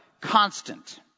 Constant